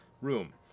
room